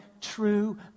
true